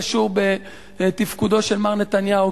קשור בתפקודו של מר נתניהו,